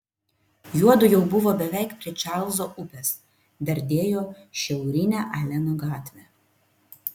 juodu jau buvo beveik prie čarlzo upės dardėjo šiaurine aleno gatve